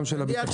גם של הביטחון.